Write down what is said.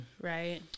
right